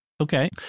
Okay